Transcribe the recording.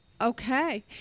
Okay